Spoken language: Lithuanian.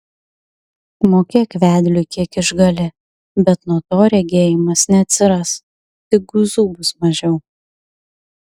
mokėk vedliui kiek išgali bet nuo to regėjimas neatsiras tik guzų bus mažiau